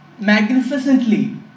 magnificently